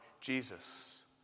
Jesus